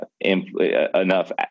enough